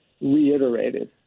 reiterated